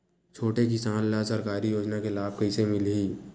छोटे किसान ला सरकारी योजना के लाभ कइसे मिलही?